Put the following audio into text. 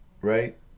Right